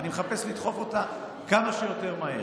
אני מחפש לדחוף אותה כמה שיותר מהר,